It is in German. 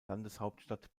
landeshauptstadt